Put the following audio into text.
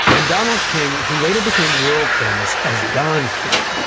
and donald king, who later became world famous as don king,